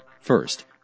First